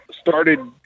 started –